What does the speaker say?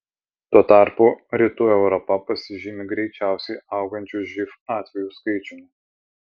tuo tarpu rytų europa pasižymi greičiausiai augančiu živ atvejų skaičiumi